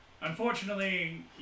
Unfortunately